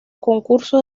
concursos